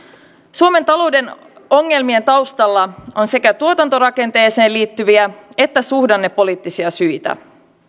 suomen talouden ongelmien taustalla on sekä tuotantorakenteeseen liittyviä että suhdannepoliittisia syitä